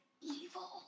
evil